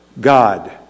God